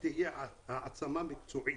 שתהיה העצמה מקצועית.